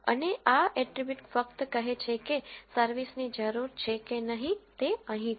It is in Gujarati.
અને આ એટ્રીબ્યુટ ફક્ત કહે છે કે સર્વિસની જરૂર છે કે નહીં તે અહીં છે